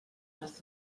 pas